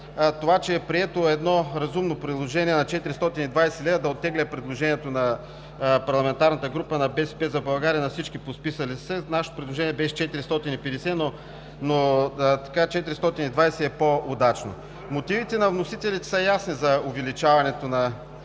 повода, че е прието едно разумно предложение на 420 лв., да оттегля предложението на парламентарната група на „БСП за България“ и на всички подписали се. Нашето предложение беше за 450 лв., но 420 лв. е по-удачно. Мотивите на вносителите са ясни за увеличаването на